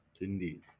Indeed